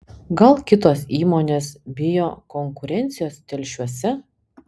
gal kitos įmonės bijo konkurencijos telšiuose